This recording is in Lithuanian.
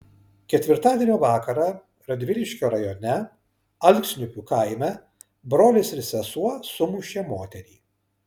ketvirtadienio vakarą radviliškio rajone alksniupių kaime brolis ir sesuo sumušė moterį